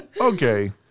okay